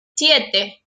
siete